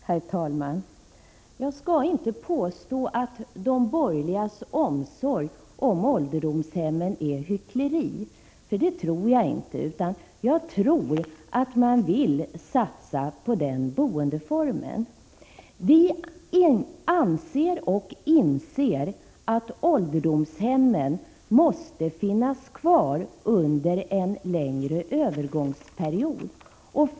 Herr talman! Jag skall inte påstå att de borgerligas omsorg om ålderdomshemmen är hyckleri. Det tror jag nämligen inte, utan jag tror att man verkligen vill satsa på den boendeformen. Vi anser och inser att ålderdomshemmen måste finnas kvar under en längre övergångsperiod.